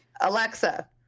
Alexa